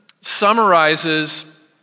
summarizes